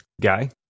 Guy